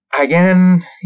Again